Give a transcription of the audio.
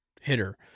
hitter